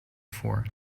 for